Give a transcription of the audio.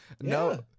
No